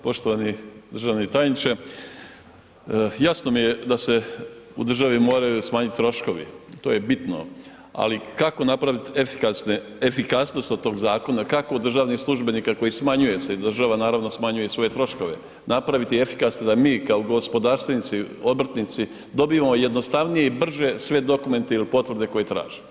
Poštovani državni tajniče, jasno mi je da se u državi moraju smanjit troškovi, to je bitno, ali kako napravit efikasnost od tog zakona, kako od državnih službenika koji smanjuje se i država naravno smanjuje i svoje troškove, napraviti efikasno, da mi kao gospodarstvenici, obrtnici, dobivamo jednostavnije i brže sve dokumente ili potvrde koje traže?